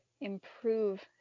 improve